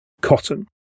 cotton